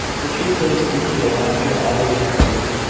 the truth is, we feel, after all we have heard,